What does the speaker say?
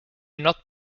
not